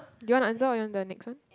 do you want to answer or you want the next one